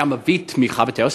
היה מביע תמיכה בטרוריסט,